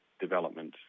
development